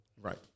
Right